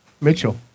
Mitchell